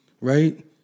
Right